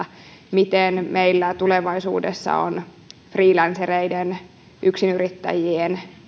miten meillä tulevaisuudessa on freelancereiden yksinyrittäjien